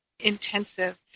intensive